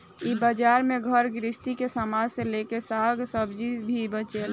इ बाजार में घर गृहस्थी के सामान से लेके साग आ सब्जी भी बेचाला